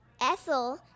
Ethel